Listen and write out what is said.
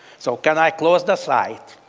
so, can i close the site?